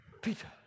Peter